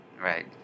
Right